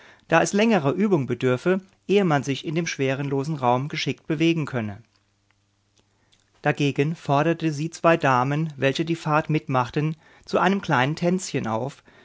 da es längerer übung bedürfe ehe man sich in dem schwerelosen raum geschickt bewegen könne dagegen forderte sie zwei damen welche die fahrt mitmachten zu einem kleinen tänzchen auf